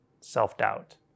self-doubt